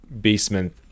basement